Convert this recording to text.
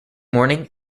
morning